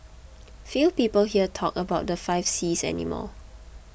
few people here talk about the five Cs any more